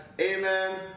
amen